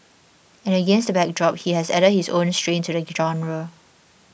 and against the backdrop he has added his own strain to the genre